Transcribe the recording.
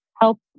help